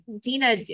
Dina